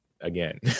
again